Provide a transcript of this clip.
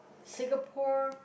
Singapore